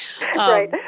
Right